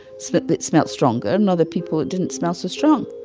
so but but it smelled stronger and other people, it didn't smell so strong